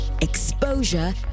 exposure